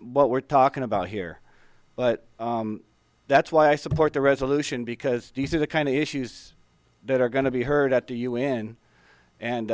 what we're talking about here but that's why i support the resolution because these are the kind of issues that are going to be heard at the u n and